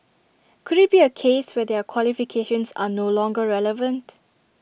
could IT be A case where their qualifications are no longer relevant